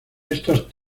estos